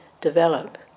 develop